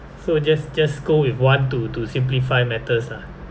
so just just go with one to to simplify matters lah